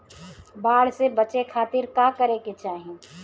बाढ़ से बचे खातिर का करे के चाहीं?